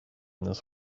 this